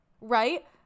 Right